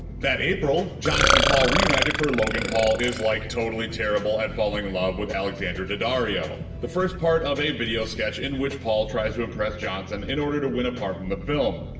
that april, johnson and paul reunited for logan paul is, like, totally terrible at falling in love with alexandra daddario, the first part of a video sketch in which paul tries to impress johnson in order to win a part in the film,